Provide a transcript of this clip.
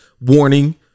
warning